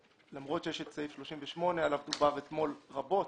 למרות שיש את סעיף 38, עליו דובר אתמול רבות,